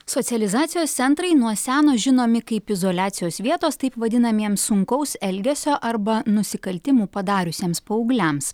socializacijos centrai nuo seno žinomi kaip izoliacijos vietos taip vadinamiems sunkaus elgesio arba nusikaltimų padariusiems paaugliams